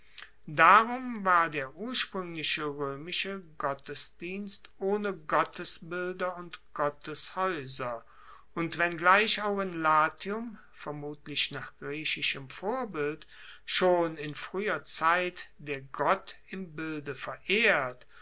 darum war der urspruengliche roemische gottesdienst ohne gottesbilder und gotteshaeuser und wenngleich auch in latium vermutlich nach griechischem vorbild schon in frueher zeit der gott im bilde verehrt